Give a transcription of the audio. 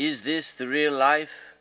is this the real life